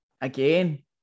again